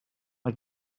mae